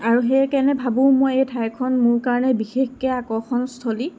আৰু সেইকাৰণে ভাবোঁ মই এই ঠাইখন মোৰ কাৰণে বিশেষকৈ আকৰ্ষণ স্থলী